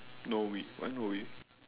Norway why Norway